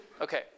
Okay